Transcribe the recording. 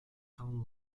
town